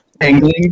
Angling